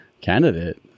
candidate